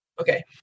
Okay